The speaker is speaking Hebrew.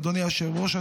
אדוני היושב-ראש,